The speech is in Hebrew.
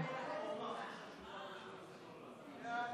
חוק התקשורת (בזק ושידורים)